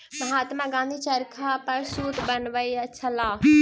महात्मा गाँधी चरखा पर सूत बनबै छलाह